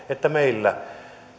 että meillä